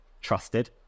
trusted